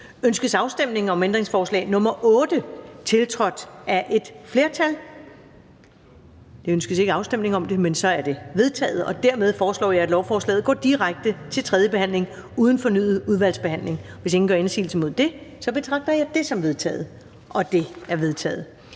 Ønskes afstemning om ændringsforslag nr. 8, tiltrådt af et flertal (udvalget med undtagelse af IA og SIU)? Der ønskes ikke afstemning om det, og dermed er det vedtaget. Dermed foreslår jeg, at lovforslaget går direkte videre til tredje behandling uden fornyet udvalgsbehandling. Hvis ingen gør indsigelse mod det, betragter jeg det som vedtaget. Det er vedtaget.